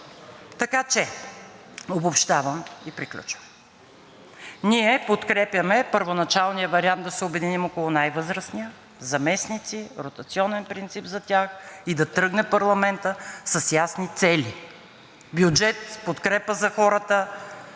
Така че обобщавам и приключвам. Ние подкрепяме първоначалния вариант да се обединим около най-възрастния, заместници, ротационен принцип за тях и да тръгне парламентът с ясни цели – бюджет, подкрепа за хората,